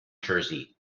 jersey